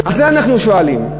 את זה אנחנו שואלים.